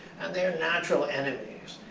and they're natural enemies.